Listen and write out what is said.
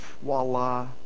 voila